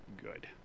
good